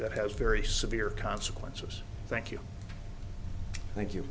that has very severe consequences thank you thank you